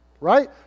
Right